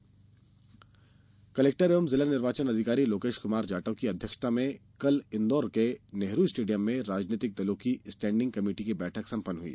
standing committee बैठक collector एवं जिला निर्वाचन अधिकारी लोकेश कुमार जाटव की अध्यक्षता में कल इन्दौर के नेहरू स्टेडियम में राजनैतिक दलों की स्टैंडिंग कमेटी की बैठक संपन्न हई